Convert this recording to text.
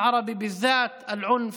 לשפר את מעמדה של החברה הערבית שלנו,